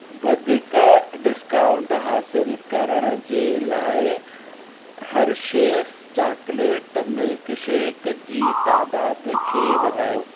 वधीक डिस्काउंट हासिल करण जे लाइ हर्षेस चॉकलेट मिल्कशेक जी तादाद खे वधायो